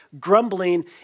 grumbling